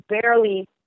barely